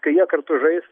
kai jie kartu žais